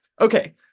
Okay